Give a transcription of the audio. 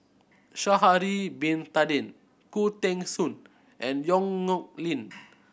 Sha'ari Bin Tadin Khoo Teng Soon and Yong Nyuk Lin